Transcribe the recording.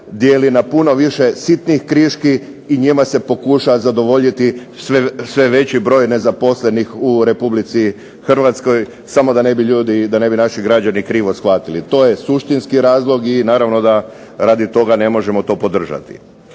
dijeli na puno više sitnih kriški i njima se pokuša zadovoljiti sve veći broj nezaposlenih u RH. Samo da ne bi ljudi, da ne bi naši građani krivo shvatili. To je suštinski razlog i naravno da radi toga ne možemo to podržati.